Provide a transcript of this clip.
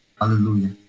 Hallelujah